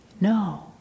No